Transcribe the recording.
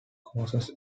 courses